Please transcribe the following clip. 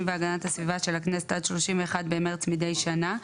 והגנת הסביבה של הכנסת עד 31 במרץ מדי שנה,